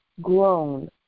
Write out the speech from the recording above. grown